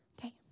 Okay